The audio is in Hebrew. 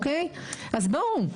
אז בואו,